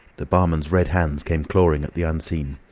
the barman's red hands came clawing at the unseen.